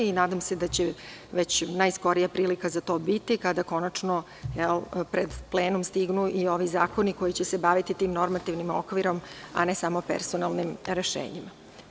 Nadam se da će već najskorija prilika za to biti kada konačno pred plenum stignu i ovi zakoni koji će se baviti tim normativnim okvirom, a ne samo personalnim rešenjima.